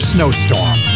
Snowstorm